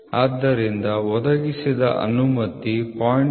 ಆದ್ದರಿಂದ ಒದಗಿಸಿದ ಅನುಮತಿ 0